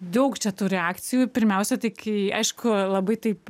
daug čia tų reakcijų pirmiausia tai kai aišku labai taip